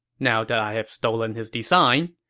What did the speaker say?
now that i've stolen his design.